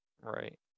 Right